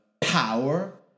power